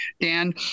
Dan –